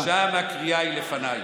שם הקריאה היא "לפניי".